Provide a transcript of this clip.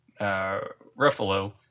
Ruffalo